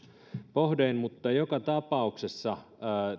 mutta joka tapauksessa